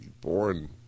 born